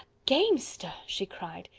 gamester! she cried.